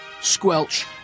Squelch